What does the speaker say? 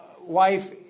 wife